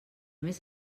més